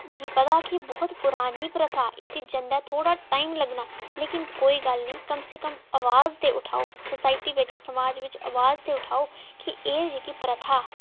मिगी पता कि बहुत परानी प्रथा इसी जंदे थोह्ड़ा टाइम लग्गना लेकिन कोई गल्ल नेईं कम से कम अवाज ते ठुआओ सोसाइटी बिच समाज बिच अवाज ते ठुआओ कि एह् जेह्की प्रथा